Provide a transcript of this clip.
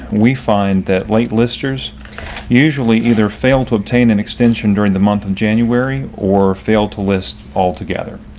we find that late listers usually either failed to obtain an extension during the month of january or fail to list altogether.